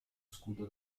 scudo